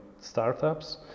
startups